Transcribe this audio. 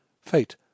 Fate